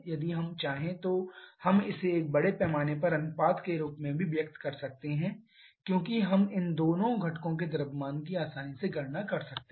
यदि हम चाहें तो हम इसे एक बड़े पैमाने पर अनुपात के रूप में भी व्यक्त कर सकते हैं क्योंकि हम इन दोनों घटकों के द्रव्यमान की आसानी से गणना कर सकते हैं